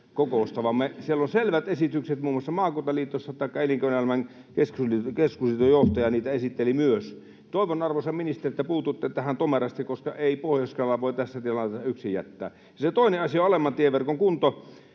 siellä on selvät esitykset muun muassa maakuntaliitossa, ja Elinkeinoelämän keskusliiton johtaja niitä esitteli myös. Toivon, arvoisa ministeri, että puututte tähän tomerasti, koska ei Pohjois-Karjalaa voi tässä tilanteessa yksin jättää. Se toinen asia, alemman tieverkon kunto: